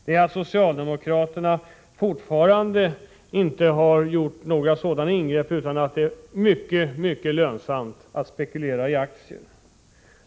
Det är att socialdemokraterna fortfarande inte har gjort några sådana ingrepp, utan att det är mycket lönsamt att spekulera i aktier.